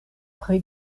pri